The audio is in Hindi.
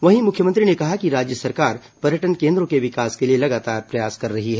वहीं मुख्यमंत्री ने कहा है कि राज्य सरकार पर्यटन केन्द्रों के विकास के लिए लगातार प्रयास कर रही है